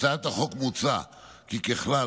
בהצעת החוק מוצע כי ככלל,